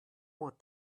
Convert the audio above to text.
what